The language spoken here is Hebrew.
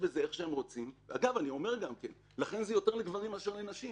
יותר לגברים מאשר לנשים